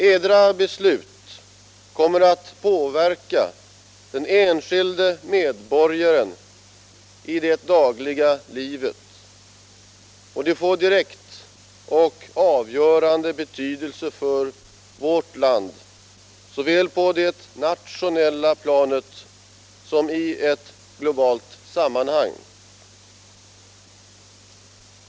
Edra beslut kommer att påverka den enskilde medborgaren i det dagliga livet, och de får direkt och avgörande betydelse för vårt land såväl på det nationella planet som i ett globalt sammanhang.